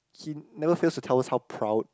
he never fails to tell us how proud